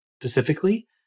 specifically